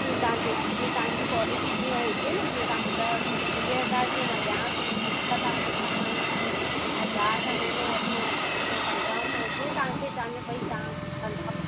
जीअं तव्हां जीअं तव्हांजी पॉलिसी जीअं हुजे न जीअं तव्हां ॿुधायो की वीह हज़ार मां ॾेयाव थी त तव्हां मूं खां न न हज़ार रुपिया महीनो वठो या पंद्रहं सौ जीअं तव्हांखे तव्हांजे भाई तव्हां कंदा